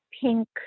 pink